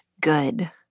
good